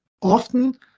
often